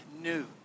new